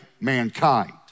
mankind